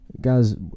guys